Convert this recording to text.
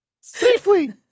safely